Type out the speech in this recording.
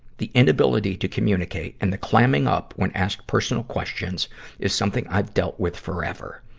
the inability to communicate and the clamming up when asked personal questions is something i've dealt with forever.